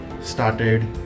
started